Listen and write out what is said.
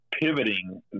pivoting